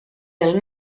del